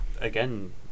Again